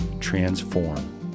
transform